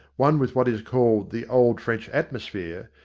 one with what is called the old french atmosphere,